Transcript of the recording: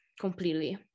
completely